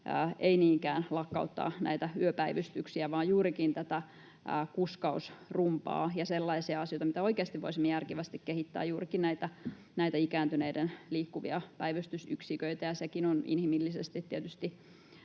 ei niinkään lakkauttaa näitä yöpäivystyksiä, vaan vähentää juurikin tätä kuskausrumbaa ja tehdä sellaisia asioita, mitä oikeasti voisimme järkevästi kehittää, juurikin näitä ikääntyneiden liikkuvia päivystysyksiköitä. Sekin on tietysti